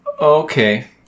okay